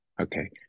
Okay